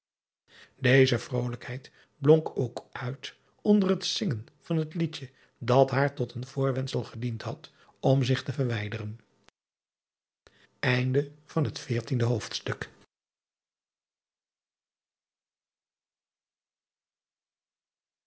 eze vrolijkheid blonk ook uit onder het zingen van het iedje dat haar tot een voorwendsel gediend had om zich te verwijderen driaan oosjes zn et